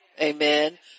Amen